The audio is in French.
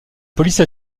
police